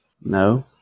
No